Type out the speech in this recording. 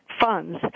funds